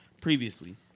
previously